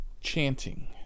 chanting